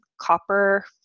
copper